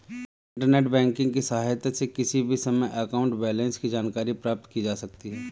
internet banking की सहायता से किसी भी समय अकाउंट बैलेंस की जानकारी प्राप्त की जा सकती है